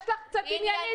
יש לך קצת עניינית?